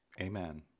Amen